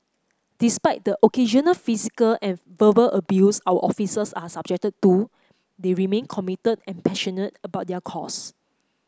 despite the occasional physical and verbal abuse our officers are subjected to they remain committed and passionate about their cause